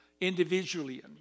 individually